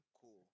cool